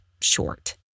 short